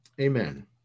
Amen